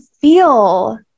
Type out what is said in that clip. feel